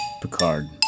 Picard